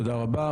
תודה רבה.